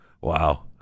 Wow